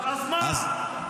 אז מה?